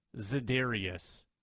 Zedarius